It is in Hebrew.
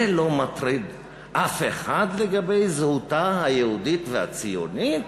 זה לא מטריד אף אחד לגבי זהותה היהודית והציונית?